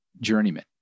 Journeyman